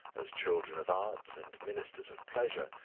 as children of art and ministers of pleasure,